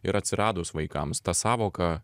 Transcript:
ir atsiradus vaikams ta sąvoka